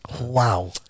Wow